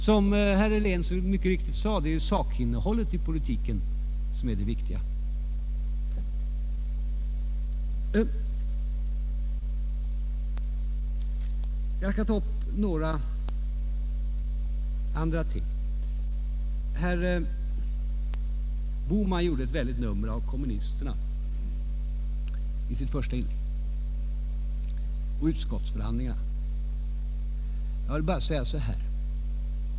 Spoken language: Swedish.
Som herr Helén mycket riktigt sade är det sakinnehållet i politiken som är det viktiga. Jag skall sedan ta upp några andra frågor. Herr Bohman gjorde i sitt första inlägg stort nummer av kommunisterna och utskottsförhandlingarna. Jag vill då bara säga så här.